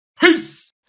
Peace